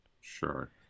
sure